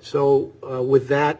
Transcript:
so with that